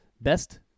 Best